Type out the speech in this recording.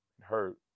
hurt